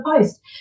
post